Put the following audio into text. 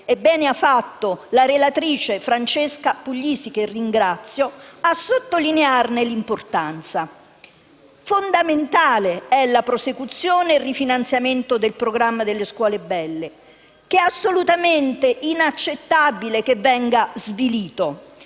e bene ha fatto la relatrice Francesca Puglisi, che ringrazio, a sottolinearne l'importanza. Fondamentali sono la prosecuzione e il rifinanziamento del programma scuole belle ed è assolutamente inaccettabile che esso venga svilito.